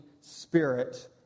spirit